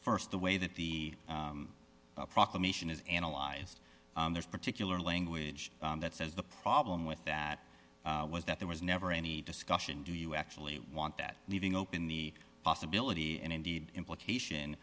first the way that the proclamation is analyzed there's particular language that says the problem with that was that there was never any discussion do you actually want that leaving open the possibility and indeed implication